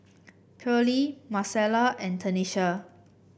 Pearley Marcella and Tenisha